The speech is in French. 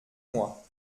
moi